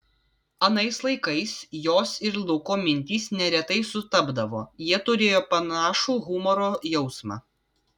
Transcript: anais laikais jos ir luko mintys neretai sutapdavo jie turėjo panašų humoro jausmą